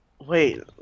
Wait